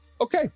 Okay